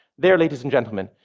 there, ladies and gentlemen,